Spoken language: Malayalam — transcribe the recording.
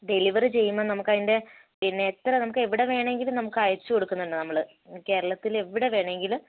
ഡെലിവറി ചെയ്യുമ്പം നമുക്ക് അതിൻ്റെ പിന്നെ എത്ര നമുക്ക് എവിടെ വേണമെങ്കിലും നമുക്ക് അയച്ചുകൊടുക്കുന്നുണ്ട് നമ്മൾ കേരത്തിൽ എവിടെ വേണമെങ്കിലും